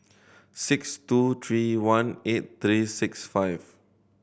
six two tree one eight three six five